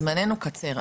זמננו קצר,